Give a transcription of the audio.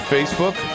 Facebook